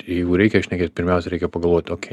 jeigu reikia šnekėt pirmiausia reikia pagalvot okei